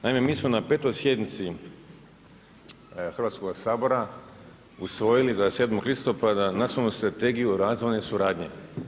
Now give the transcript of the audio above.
Naime mi smo na 5. sjednici Hrvatskoga sabora usvojili 27. listopada Nacionalnu strategiju razvojne suradnje.